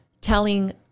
telling